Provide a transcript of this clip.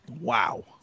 Wow